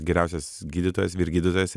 geriausias gydytojas ir vyrgydytojas